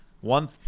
One